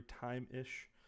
time-ish